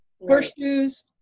Horseshoes